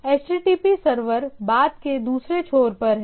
HTTP server बात के दूसरे छोर पर है